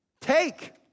Take